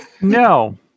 No